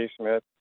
Smith